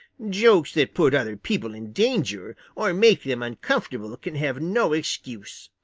jokes that put other people in danger or make them uncomfortable can have no excuse.